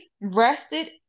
rested